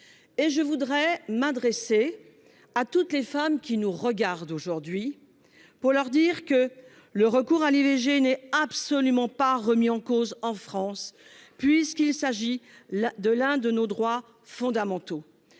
Je voudrais m'adresser à toutes les femmes qui nous regardent aujourd'hui pour leur dire que le recours à l'IVG n'est absolument pas remis en cause en France, puisqu'il s'agit de l'un de nos droits fondamentaux.